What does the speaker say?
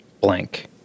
blank